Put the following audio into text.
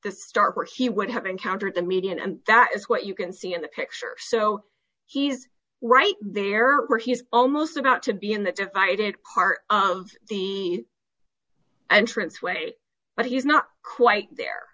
star he would have encountered the median and that is what you can see in the picture so he's right there or he's almost about to be in that divided part of the entrance way but he's not quite there